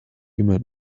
jemand